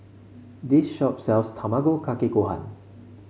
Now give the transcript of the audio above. this shop sells Tamago Kake Gohan